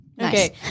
Okay